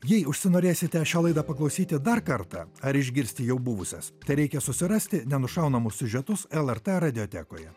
jei užsinorėsite šią laidą paklausyti dar kartą ar išgirsti jau buvusias tereikia susirasti nenušaunamus siužetus lrt radiotekoje